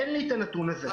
אין לי את הנתון הזה.